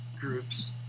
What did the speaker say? groups